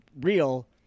real